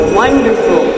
wonderful